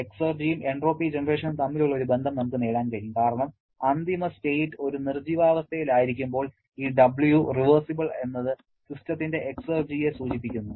എക്സർജിയും entropy ജനറേഷനും തമ്മിലുള്ള ഒരു ബന്ധം നമുക്ക് നേടാൻ കഴിയും കാരണം അന്തിമ സ്റ്റേറ്റ് ഒരു നിർജ്ജീവാവസ്ഥയിലായിരിക്കുമ്പോൾ ഈ W റിവേർസിബിൾ എന്നത് സിസ്റ്റത്തിന്റെ എക്സർജിയെ സൂചിപ്പിക്കുന്നു